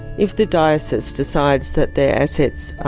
if the diocese decides that their assets are